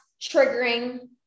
triggering